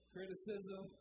Criticism